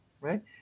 right